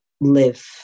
live